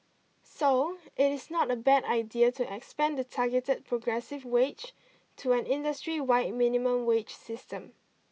so it is not a bad idea to expand the targeted progressive wage to an industry wide minimum wage system